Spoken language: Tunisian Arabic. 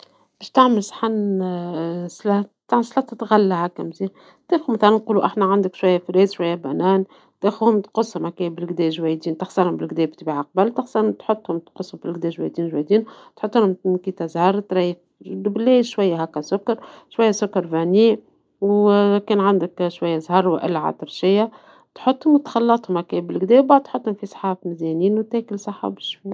باش تعمل صحن سلاطة غلة هكا مزيانة ، مثلا نقول عندك شوية فراولة شوية موز ،تأخذهم تقصهم بالقدا تغسلهم بالطبيعة من قبل، تغسلهم وتحطهم بالقدا باردين باردين ، تحطهم ماء الزهر ، وبلا شوية هكا سكر ،شوية سكر فانيلا ، وكان عندك شوية زهر والا عطرجية تحطهم وتخلطهم هكذا بالقدا وتأكل بالصحة والشفا.